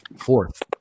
fourth